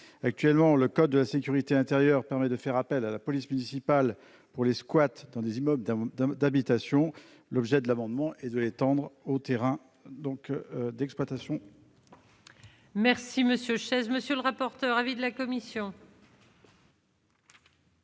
actuellement le code de la sécurité intérieure permet de faire appel à la police municipale pour les squats dans des immeubles d'un d'habitations, l'objet de l'amendement et de l'étendre au terrain donc d'exploitation.